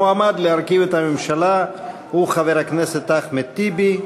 המועמד להרכיב את הממשלה הוא חבר הכנסת אחמד טיבי.